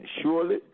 Surely